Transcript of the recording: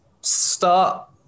start